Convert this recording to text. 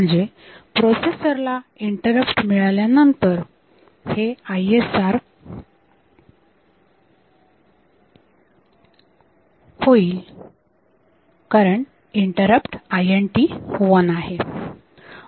म्हणजे प्रोसेसर ला इंटरप्ट मिळाल्यानंतर हे ISR होईल कारण इंटरप्ट INT1 आहे